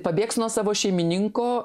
pabėgs nuo savo šeimininko